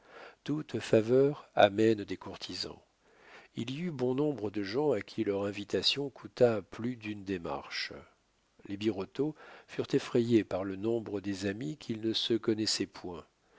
toute faveur amène des courtisans il y eut bon nombre de gens à qui leur invitation coûta plus d'une démarche les birotteau furent effrayés par le nombre des amis qu'ils ne se connaissaient point